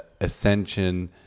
ascension